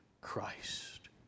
Christ